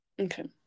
Okay